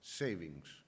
savings